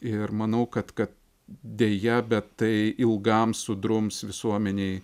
ir manau kad kad deja bet tai ilgam sudrums visuomenei